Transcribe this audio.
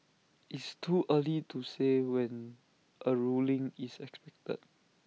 it's too early to say when A ruling is expected